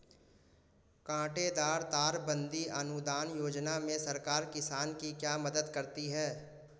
कांटेदार तार बंदी अनुदान योजना में सरकार किसान की क्या मदद करती है?